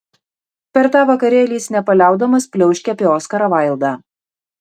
per tą vakarėlį jis nepaliaudamas pliauškė apie oskarą vaildą